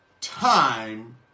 time